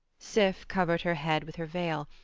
sif covered her head with her veil,